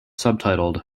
subtitled